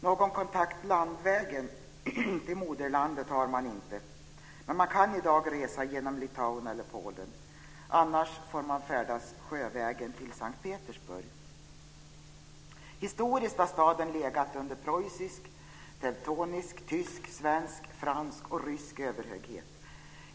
Någon kontakt landvägen till moderlandet har man inte, men man kan i dag resa genom Litauen eller Polen. Annars får man färdas sjövägen till Sankt Petersburg. Historiskt har staden legat under preussisk, teutonisk, tysk, svensk, fransk och rysk överhöghet.